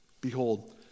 Behold